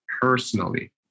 personally